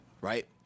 right